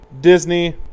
disney